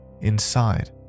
inside